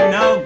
no